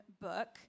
book